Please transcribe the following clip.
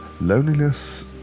Loneliness